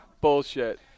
Bullshit